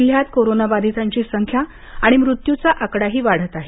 जिल्ह्यात कोरोनाबाधितांची संख्या आणि मृत्युचा आकडाही वाढत आहे